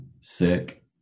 sick